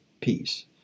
peace